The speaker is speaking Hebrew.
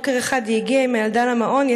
בוקר אחד היא הגיעה עם הילדה למעון,